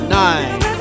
nine